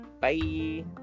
Bye